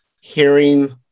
hearing